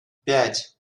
пять